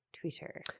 Twitter